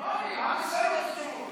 לא אני, עם ישראל רוצה תשובות.